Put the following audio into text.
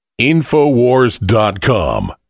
InfoWars.com